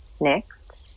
next